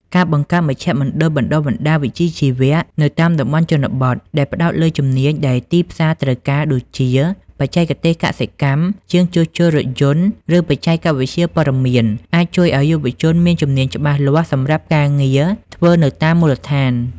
ការបង្កើតមជ្ឈមណ្ឌលបណ្តុះបណ្តាលវិជ្ជាជីវៈនៅតាមតំបន់ជនបទ ដែលផ្តោតលើជំនាញដែលទីផ្សារត្រូវការ ដូចជា បច្ចេកទេសកសិកម្ម ជាងជួសជុលរថយន្ត ឬបច្ចេកវិទ្យាព័ត៌មាន អាចជួយឲ្យយុវជនមានជំនាញច្បាស់លាស់សម្រាប់រកការងារធ្វើនៅតាមមូលដ្ឋាន។